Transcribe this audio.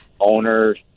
Owners